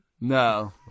no